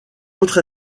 autres